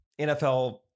NFL